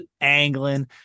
angling